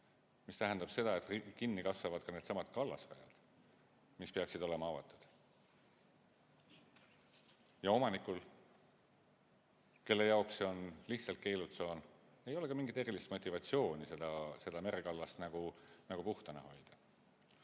See tähendab, et kinni kasvavad ka needsamad kallasrajal, mis peaksid olema avatud. Ja omanikul, kelle jaoks see on lihtsalt keelutsoon, ei ole ka mingit erilist motivatsiooni seda merekallast puhtana hoida.